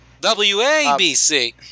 WABC